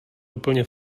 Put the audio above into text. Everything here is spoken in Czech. úplně